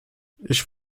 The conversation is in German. ich